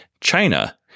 China